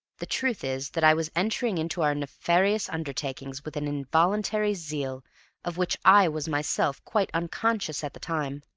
the truth is that i was entering into our nefarious undertaking with an involuntary zeal of which i was myself quite unconscious at the time.